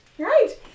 Right